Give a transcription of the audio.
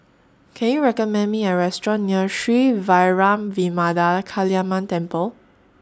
Can YOU recommend Me A Restaurant near Sri Vairavimada Kaliamman Temple